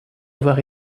avoir